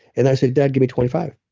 and i said, dad, give me twenty five.